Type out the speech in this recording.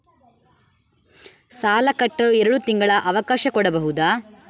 ಸಾಲ ಕಟ್ಟಲು ಎರಡು ತಿಂಗಳ ಅವಕಾಶ ಕೊಡಬಹುದಾ?